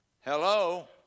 Hello